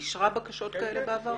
היא אישרה בקשות כאלה בעבר?